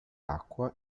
acqua